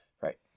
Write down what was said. Right